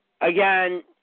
Again